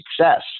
success